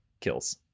kills